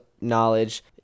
knowledge